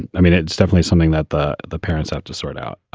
and i mean, it's definitely something that the the parents have to sort out.